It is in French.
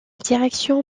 direction